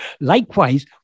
Likewise